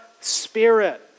Spirit